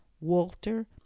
Walter